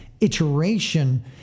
iteration